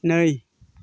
नै